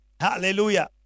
Hallelujah